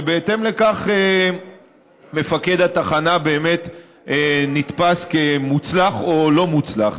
ובהתאם לכך מפקד התחנה באמת נתפס כמוצלח או לא מוצלח.